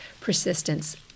persistence